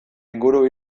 inguru